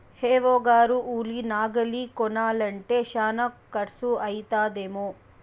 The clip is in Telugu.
ఏ.ఓ గారు ఉలి నాగలి కొనాలంటే శానా కర్సు అయితదేమో